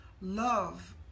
love